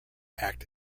act